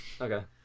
Okay